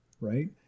right